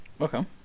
Okay